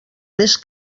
més